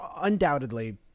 undoubtedly